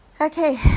Okay